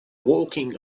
walking